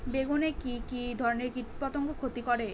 বেগুনে কি কী ধরনের কীটপতঙ্গ ক্ষতি করে?